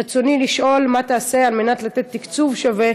רצוני לשאול: מה תעשה על מנת לתת תקציב שווה